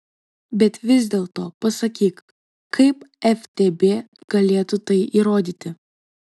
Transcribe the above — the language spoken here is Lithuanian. bet vis dėlto pasakyk kaip ftb galėtų tai įrodyti